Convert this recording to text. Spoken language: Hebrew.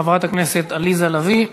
חברת הכנסת עליזה לביא.